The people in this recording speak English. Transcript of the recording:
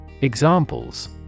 Examples